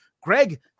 Greg